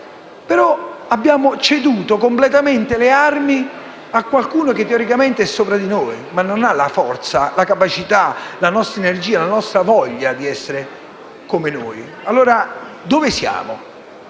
ma abbiamo ceduto completamente le armi a qualcuno che teoricamente è sopra di noi, ma non ha la forza, la capacità, l'energia, la voglia di essere come noi. Allora dove siamo?